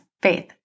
Faith